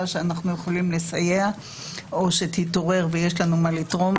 שאנחנו יכולים לסייע או שתתעורר ויש לנו מה לתרום,